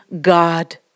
God